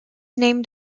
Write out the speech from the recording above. named